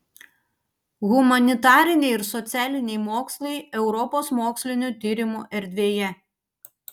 humanitariniai ir socialiniai mokslai europos mokslinių tyrimų erdvėje